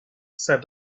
said